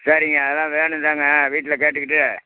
சரிங்க அதெல்லாம் வேணும் தாங்க வீட்டில் கேட்டுக்கிட்டு